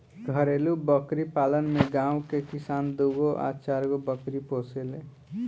घरेलु बकरी पालन में गांव के किसान दूगो आ चारगो बकरी पोसेले